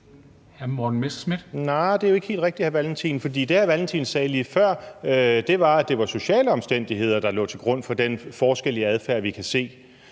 Morten Messerschmidt (DF): Nej, det er jo ikke helt rigtigt, hr. Carl Valentin. For det, hr. Carl Valentin sagde lige før, var, at det var sociale omstændigheder, der lå til grund for den forskel i adfærd, vi kan se.